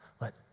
Let